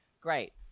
great